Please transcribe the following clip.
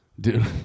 Dude